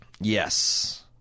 Yes